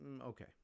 okay